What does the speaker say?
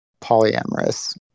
polyamorous